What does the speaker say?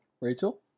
rachel